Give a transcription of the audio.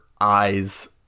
eyes